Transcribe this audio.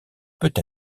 peut